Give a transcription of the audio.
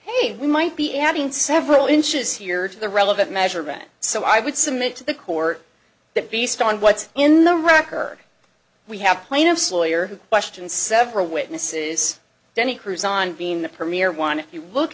hey we might be adding several inches here to the relevant measurement so i would submit to the court that beast on what's in the record we have plaintiff's lawyer who question several witnesses danny cruz on being the premier want if you look